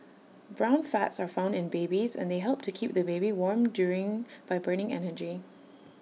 brown fats are found in babies and they help to keep the baby warm during by burning energy